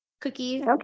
cookie